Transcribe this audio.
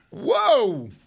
Whoa